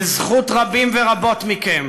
בזכות רבים ורבות מכם